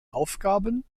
aufgaben